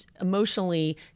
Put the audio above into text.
emotionally